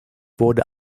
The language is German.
wurde